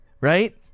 right